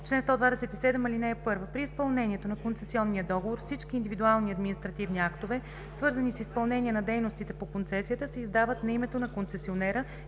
127. (1) При изпълнението на концесионния договор всички индивидуални административни актове, свързани с изпълнение на дейностите по концесията се издават на името на концесионера